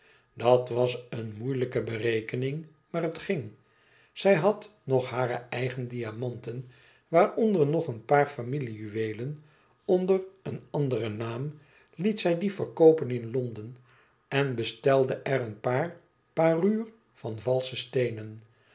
dat was een moeilijke berekening maar het ging zij had nog hare eigen diamanten waaronder nog een paar familie juweelen onder een anderen naam liet zij die verkoopen in londen en bestelde er een paar parures van valsche steenen